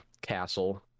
castle